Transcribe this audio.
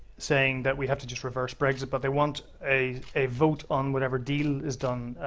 saying that we have to just reverse brexit, but they want a a vote on whatever deal is done.